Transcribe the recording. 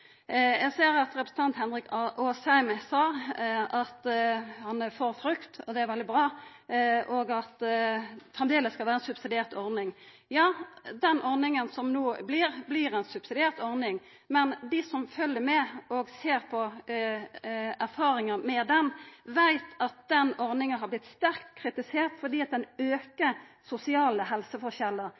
Eg ser at representanten Asheim sa at han er for frukt, og at det framleis skal vera ei subsidiert ordning. Det er veldig bra. Den ordninga som no vert, vert ei subsidiert ordning, men dei som følgjer med og ser på erfaringa med ho, veit at den ordninga har vorte sterkt kritisert fordi ho aukar sosiale helseforskjellar.